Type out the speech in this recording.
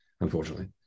unfortunately